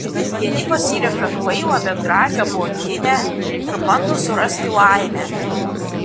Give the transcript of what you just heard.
vieni pasirenka kvailą bet gražią blondinę ir bando surasti laimę